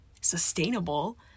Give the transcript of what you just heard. sustainable